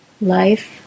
Life